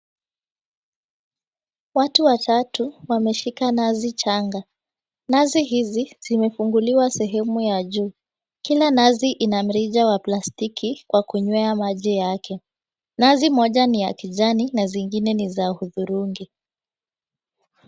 Watu watatu wameshika nazi changa. Nazi hizi zimefunguliwa sehemu ya juu. Kila nazi ina mrija wa plastiki ya kunywea maji yake. Nazi moja ni ya kijani na zingine ni ya hudhurungi.